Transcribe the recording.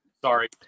Sorry